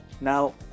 Now